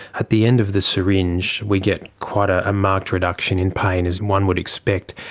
at the end of the syringe we get quite a marked reduction in pain, as one would expect.